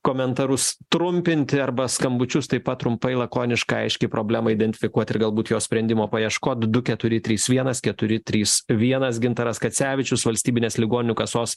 komentarus trumpinti arba skambučius taip pat trumpai lakoniškai aiškiai problemai identifikuoti ir galbūt jos sprendimo paieškoti du keturi trys vienas keturi trys vienas gintaras kacevičius valstybinės ligonių kasos